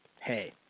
hey